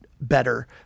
better